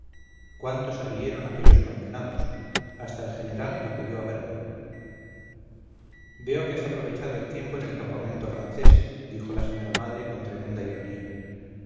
cuánto se rieron aquellos condenados hasta el general acudió a verme veo que has aprovechado el tiempo en el campamento francés dijo la señora madre con tremenda ironía